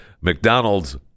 McDonald's